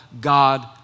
God